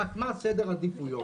רק מה, סדר עדיפויות.